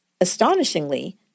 Astonishingly